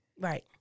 Right